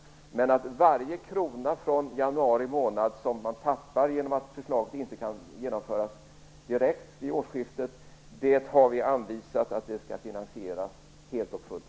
Men vi har anvisat att varje krona som man tappar från januari månad genom att förslaget inte kan genomföras direkt vid årsskiftet skall finansieras helt och fullt.